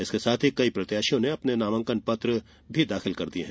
उसके साथ ही कई प्रत्याशियों ने अपने नामांकन पत्र दाखिल कर दिये हैं